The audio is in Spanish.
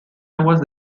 aguas